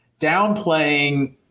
downplaying